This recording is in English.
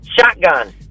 Shotgun